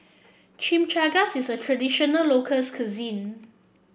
Chimichangas is a traditional locals cuisine